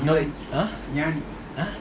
you know it ah ah